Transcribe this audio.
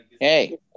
hey